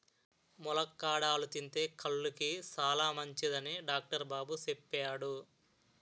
ములక్కాడలు తింతే కళ్ళుకి సాలమంచిదని డాక్టరు బాబు సెప్పాడు